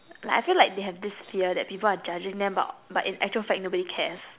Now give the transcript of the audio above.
I feel like they have this fear that people are judging them but but in actual fact nobody cares